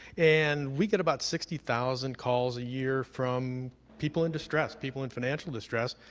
and we get about sixty thousand calls a year from people in distress, people in financial distress,